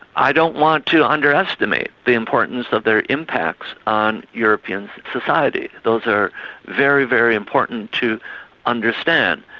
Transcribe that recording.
i don't want to underestimate the importance of their impacts on european society, those are very, very important to understand.